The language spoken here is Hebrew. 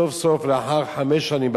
סוף-סוף לאחר חמש שנים,